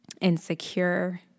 insecure